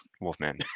Wolfman